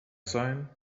sein